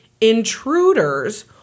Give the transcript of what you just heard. intruders